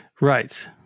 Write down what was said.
Right